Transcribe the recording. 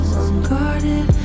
unguarded